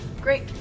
Great